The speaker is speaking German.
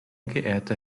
geehrter